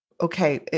okay